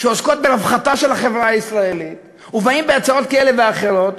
שעוסקות ברווחתה של החברה הישראלית ובאים בהצעות כאלה ואחרות,